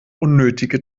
unnötige